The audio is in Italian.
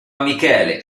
michele